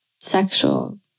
sexual